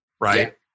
right